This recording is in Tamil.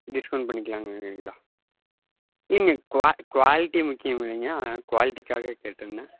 டிஸ்கவுண்ட் பண்ணிக்கலாங்கிறீங்களா இல்லைங்க குவா குவாலிட்டி முக்கியங்கிறிங்க அதனால் குவாலிட்டிக்காக கேட்டேன்னா